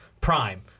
prime